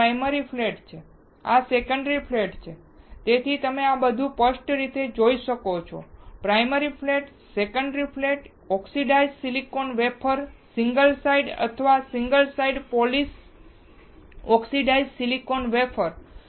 આ primary flat છે આ સેકન્ડરી ફ્લેટ છે તેથી તમે બધા ખૂબ સ્પષ્ટ રીતે જોઈ શકો છો primary flat secondary flat oxidised silicon wafer single side અથવા single side polished oxidised silicon wafer